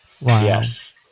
Yes